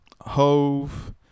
Hove